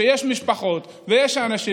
כשיש משפחות ויש אנשים,